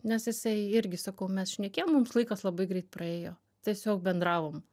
nes jisai irgi sakau mes šnekėjom mums laikas labai greit praėjo tiesiog bendravom